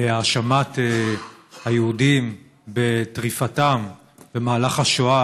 האשמת היהודים בטריפתם במהלך השואה.